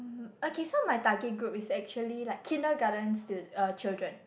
hmm okay so my target group is actually like kindergarten student uh children